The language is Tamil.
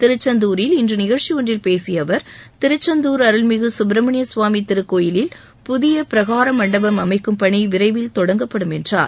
திருச்செந்தூரில் இன்று நிகழ்ச்சி ஒன்றில் பேசிய அவர் திருச்செந்தூர் அருள்மிகு சுப்பிரமணிய சுவாமி திருக்கோயிலில் புதிய பிரகார மண்டபம் அமைக்கும் பணி விரைவில் தொடங்கப்படும் என்றார்